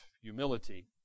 humility